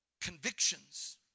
convictions